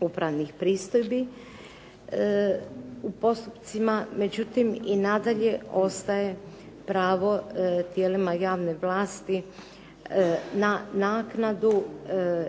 upravnih pristojbi u postupcima. Međutim, i nadalje ostaje pravo tijelima javne vlasti na naknadu